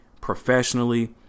professionally